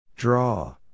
Draw